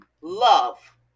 love